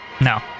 No